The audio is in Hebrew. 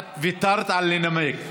את ויתרת על זכותך לנמק.